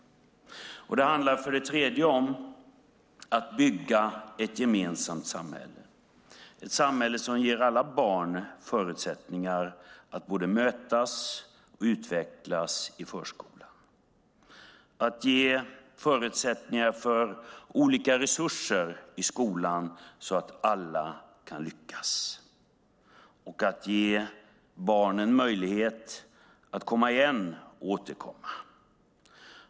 Det handlade för det tredje om att bygga ett gemensamt samhälle, ett samhälle som ger alla barn förutsättningar att både mötas och utvecklas i förskolan, att ge förutsättningar för olika resurser i skolan så att alla kan lyckas och att ge barnen möjlighet att komma igen.